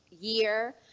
year